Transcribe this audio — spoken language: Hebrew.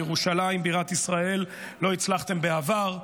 מירושלים בירת ישראל: לא הצלחתם בעבר,